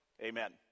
Amen